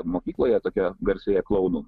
mokykloje tokia garsioje klounų